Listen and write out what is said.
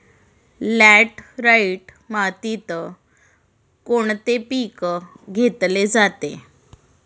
Laterite मातीत कोणते पीक घेतले जाते?